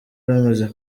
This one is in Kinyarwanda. bamaze